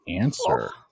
answer